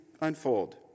unfold